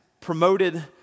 promoted